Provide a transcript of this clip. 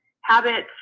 habits